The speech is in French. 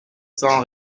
sans